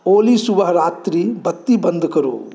ओली सुबह रात्रि बत्ती बन्द करो